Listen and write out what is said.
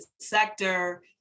sector